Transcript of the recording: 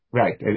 right